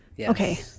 okay